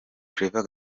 claver